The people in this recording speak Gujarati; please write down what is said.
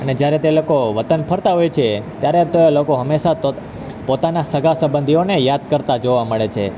અને જ્યારે તે લોકો વતન ફરતા હોય છે ત્યારે તો એ લોકો હંમેશાં ત પોતાના સગાસંબંધીઓને યાદ કરતા જોવા મળે છે